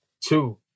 two